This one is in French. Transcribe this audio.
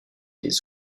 des